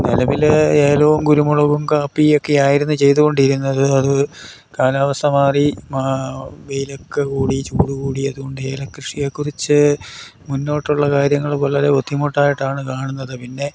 നിലവിൽ ഏലവും കുരുമുളകും കാപ്പിയൊക്കെ ആയിരുന്നു ചെയ്തു കൊണ്ടിരുന്നത് അത് കാലാവസ്ഥ മാറി വെയിലൊക്കെ കൂടി ചൂടു കൂടി അതുകൊണ്ട് ഏല കൃഷിയെ കുറിച്ചു മുന്നോട്ടുള്ള കാര്യങ്ങൾ വളരെ ബുദ്ധിമുട്ടായിട്ടാണ് കാണുന്നത് പിന്നെ